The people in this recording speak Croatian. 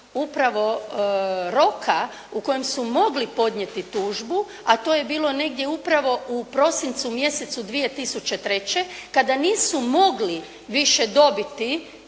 upravo roka u kojem su mogli podnijeti tužbu, a to je bilo negdje upravo u prosincu mjesecu 2003. kada nisu mogli više dobiti